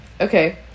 okay